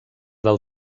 del